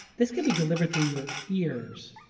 this could be delivered through your ears.